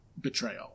betrayal